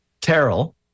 Terrell